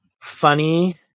funny